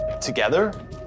Together